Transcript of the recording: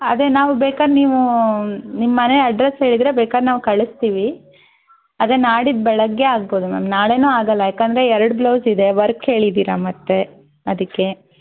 ಅದೇ ನಾವು ಬೇಕಾದ್ರೆ ನೀವು ನಿಮ್ಮ ಮನೆ ಅಡ್ರೆಸ್ ಹೇಳಿದರೆ ಬೇಕಾದ್ರೆ ನಾವು ಕಳಸ್ತೀವಿ ಆದರೆ ನಾಳಿದ್ದು ಬೆಳಗ್ಗೆ ಆಗ್ಬೋದು ಮ್ಯಾಮ್ ನಾಳೆಯೂ ಆಗಲ್ಲ ಯಾಕೆಂದರೆ ಎರಡು ಬ್ಲೌಸ್ ಇದೆ ವರ್ಕ್ ಹೇಳಿದ್ದೀರ ಮತ್ತೆ ಅದಕ್ಕೆ